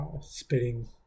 spitting